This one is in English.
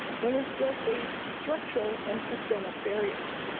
women still face structural and systemic barriers.